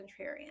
contrarian